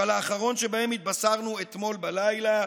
שעל האחרון שבהם התבשרנו אתמול בלילה"